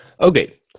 okay